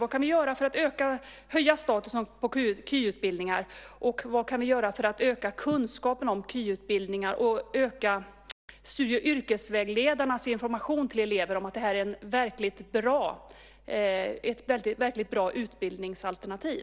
Vad kan vi göra för att höja statusen på kvalificerade yrkesutbildningar, öka kunskapen om kvalificerade yrkesutbildningar och öka yrkesvägledarnas information till eleverna om att det är ett verkligt bra utbildningsalternativ?